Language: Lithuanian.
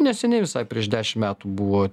neseniai visai prieš dešim metų buvo